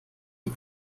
die